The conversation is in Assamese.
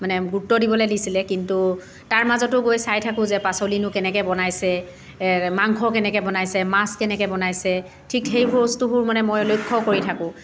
মানে গুৰুত্ব দিবলৈ দিছিলে কিন্তু তাৰ মাজতো গৈ চাই থাকোঁ যে পাচলিনো কেনেকৈ বনাইছে মাংস কেনেকৈ বনাইছে মাছ কেনেকৈ বনাইছে ঠিক সেই বস্তুবোৰ মানে মই লক্ষ্য কৰি থাকোঁ